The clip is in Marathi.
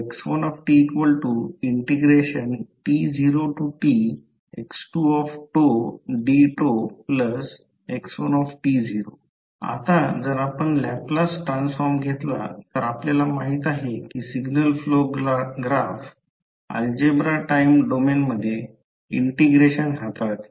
x1tt0tx2dτx1 आता जर आपण लॅपलास ट्रान्सफॉर्म घेतला तर आपल्याला माहित आहे की signal flow graph algebra time domain मध्ये इंटिग्रेशन हाताळते